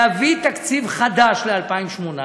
להביא תקציב חדש ל-2018,